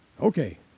Okay